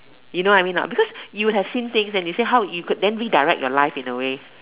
you know what I mean or not because you has seen things and you could let me direct your life in a way